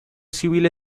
civil